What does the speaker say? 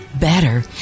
Better